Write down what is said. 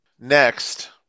Next